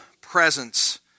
presence